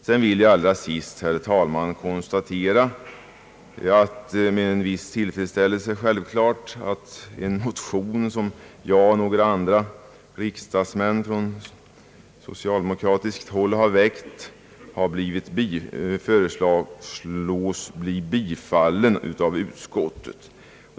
Allra sist vill jag, herr talman, konstatera, självklart med en viss tillfredsställelse, att den motion som jag och några andra socialdemokratiska riksdagsmän väckt har tillstyrkts av utskottet.